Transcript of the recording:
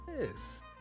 Yes